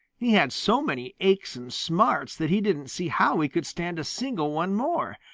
he had so many aches and smarts that he didn't see how he could stand a single one more,